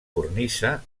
cornisa